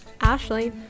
Ashley